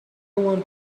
want